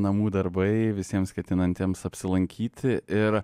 namų darbai visiems ketinantiems apsilankyti ir